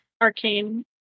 Arcane